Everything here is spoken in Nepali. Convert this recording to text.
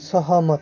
सहमत